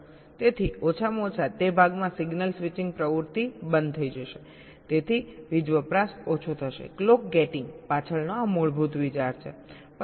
તેથી ઓછામાં ઓછા તે ભાગમાં સિગ્નલ સ્વિચિંગ પ્રવૃત્તિ બંધ થઈ જશે તેથી વીજ વપરાશ ઓછો થશે ક્લોક ગેટિંગ પાછળનો આ મૂળ વિચાર છે